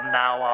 now